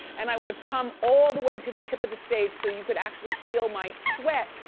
and i would've come all the way to the tip of the stage so you could actually feel my sweat,